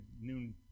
noon